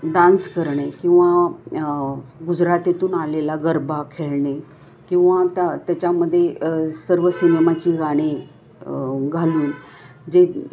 dance करणे किंवा गुजरातेतून आलेला गरबा खेळणे किंवा आता त्याच्यामध्ये सर्व सिनेमाची गाणे घालून जे